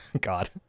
God